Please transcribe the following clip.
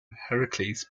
heracles